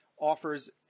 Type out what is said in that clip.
offers